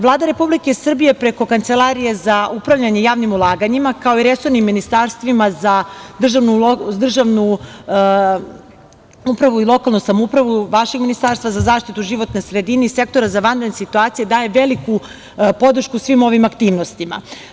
Vlada Republike Srbije, preko Kancelarije za upravljanje javnim ulaganjima, kao i resornim ministarstvima za državnu upravu i lokalnu samoupravu, vašeg Ministarstva za zaštitu životne sredine i Sektora za vanredne situacije daje veliku podršku svim ovim aktivnostima.